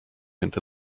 into